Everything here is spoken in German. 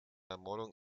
ermordung